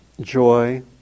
joy